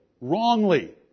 wrongly